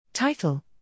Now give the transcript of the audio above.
Title